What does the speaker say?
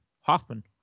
Hoffman